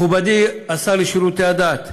מכובדי השר לשירותי דת,